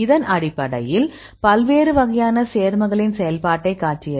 அதன் அடிப்படையில் பல்வேறு வகையான சேர்மங்களின் செயல்பாட்டைக் காட்டியது